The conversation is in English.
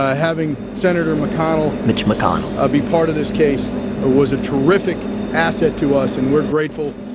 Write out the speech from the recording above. ah having senator mcconnell. mitch mcconnell. ah be part of this case was a terrific asset to us, and we're grateful.